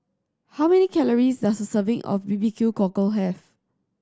how many calories does a serving of B B Q Cockle have